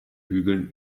hügeln